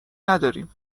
نداریم